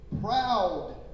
proud